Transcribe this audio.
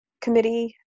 committee